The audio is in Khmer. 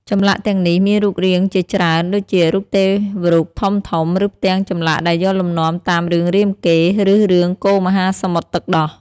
ចម្លាក់ទាំងនេះមានរូបរាងជាច្រើន ដូចជារូបទេវរូបធំៗ ឬផ្ទាំងចម្លាក់ដែលយកលំនាំតាមរឿងរាមកេរ្តិ៍ ឬរឿងកូរមហាសមុទ្រទឹកដោះ។